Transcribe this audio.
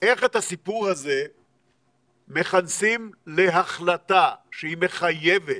את הסיפור הזה מכנסים להחלטה שהיא מחייבת,